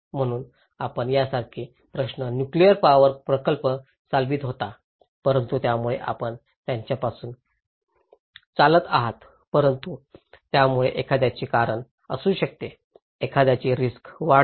म्हणून आपण यासारखे प्रश्न नुक्लेअर पावर प्रकल्प चालवित होता परंतु यामुळे आपण त्यापासून चालत आहात परंतु यामुळे एखाद्याचे कारण असू शकते एखाद्याचे रिस्क वाढवते